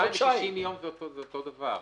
כי חודשיים ו-60 יום זה אותו דבר.